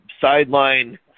sideline